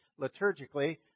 liturgically